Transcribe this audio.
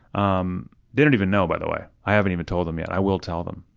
um they don't even know, by the way. i haven't even told them. yeah i will tell them,